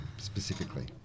Specifically